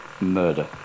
murder